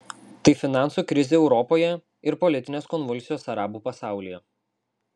tai finansų krizė europoje ir politinės konvulsijos arabų pasaulyje